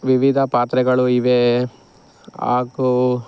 ವಿವಿಧ ಪಾತ್ರೆಗಳು ಇವೆ ಹಾಗೂ